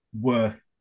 worth